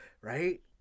right